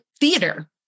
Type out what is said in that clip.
theater